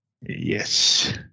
Yes